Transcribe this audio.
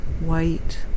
White